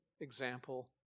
example